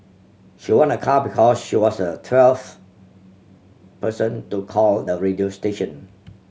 she won a car because she was a twelfth person to call the radio station